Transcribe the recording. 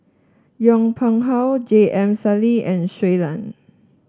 Yong Pung How J M Sali and Shui Lan